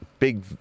big